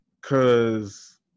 cause